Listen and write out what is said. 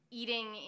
eating